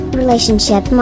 Relationship